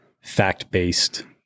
fact-based